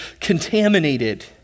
contaminated